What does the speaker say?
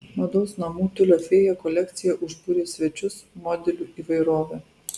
mados namų tiulio fėja kolekcija užbūrė svečius modelių įvairove